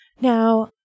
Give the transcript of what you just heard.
Now